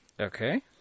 Okay